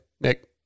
Nick